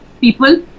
people